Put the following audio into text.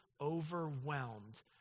overwhelmed